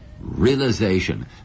realization